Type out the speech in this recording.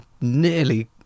nearly